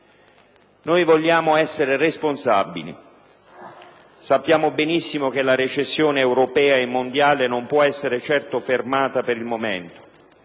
Noi vogliamo essere responsabili. Sappiamo benissimo che la recessione europea e mondiale non può essere certo fermata per il momento: